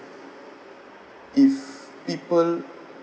if people